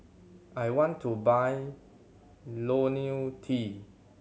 I want to buy Lonil T